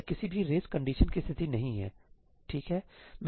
यह किसी भी रेस कंडीशन की स्थिति नहीं है ठीक है